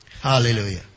Hallelujah